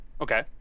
Okay